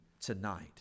tonight